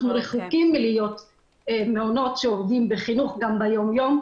אנחנו רחוקים מלהיות מעונות שעובדים בחינוך גם ביום יום.